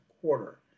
quarter